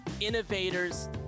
innovators